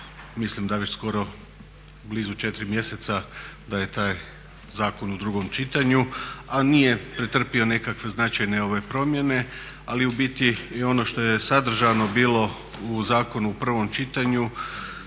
mislim da već skoro blizu 4 mjeseca da je taj zakon u drugom čitanju, a nije pretrpio nekakve značajne promjene. Ali u biti ono što je sadržano bilo u zakonu u prvom čitanju